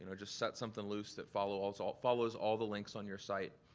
ah just set something loose that follows all follows all the links on your site,